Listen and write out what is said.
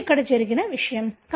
అదే ఇక్కడ జరిగే విషయం